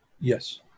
Yes